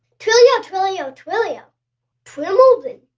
twilio twilio twilio twiml bin.